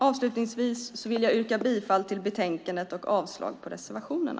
Avslutningsvis yrkar jag bifall till förslaget i betänkandet och avslag på reservationerna.